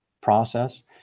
process